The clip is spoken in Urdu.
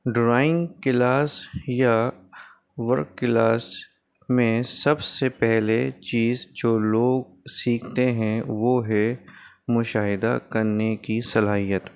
ڈرائنگ کلاس یا ورک کلاس میں سب سے پہلے چیز جو لوگ سیکھتے ہیں وہ ہے مشاہدہ کرنے کی صلاحیت